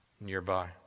nearby